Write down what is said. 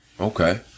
Okay